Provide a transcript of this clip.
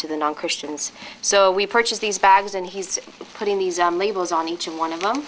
to the non christians so we purchase these bags and he's putting these labels on each one of them